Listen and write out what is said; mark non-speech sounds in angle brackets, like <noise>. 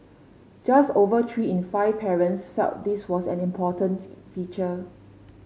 just over three in five parents felt this was an important <unintelligible> feature